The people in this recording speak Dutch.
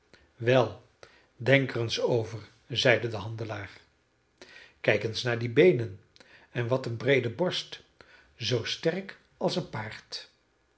wel denk er eens over zeide de handelaar kijk eens naar die beenen en wat een breede borst zoo sterk als een paard